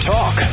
Talk